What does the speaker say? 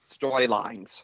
storylines